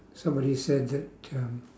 somebody said that um